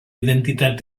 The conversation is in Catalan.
identitat